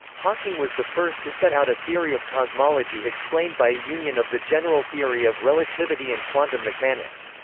hawking was the first to set out a theory of cosmology explained by a union of the general theory of relativity and quantum mechanics.